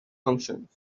functions